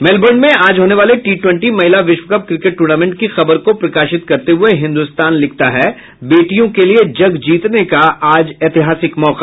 Melbourne में आज होने वाले टी ट्वेंटी महिला विश्वकप क्रिकेट टूर्नामेंट की खबर को प्रकाशित करते हुये हिन्दुस्तान लिखता है बेटियों के लिये जग जीतने का आज ऐतिहासिक मौका